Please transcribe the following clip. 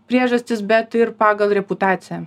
priežastis bet ir pagal reputaciją